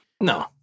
No